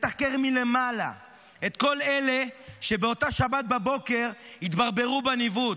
תתחקר מלמעלה את כל אלה שבאותה שבת בבוקר התברברו בניווט,